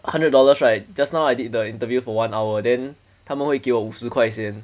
hundred dollars right just now I did the interview for one hour then 他们会给我五十块先